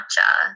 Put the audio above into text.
matcha